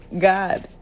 God